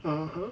(uh huh)